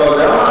אתה יודע מה,